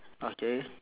okay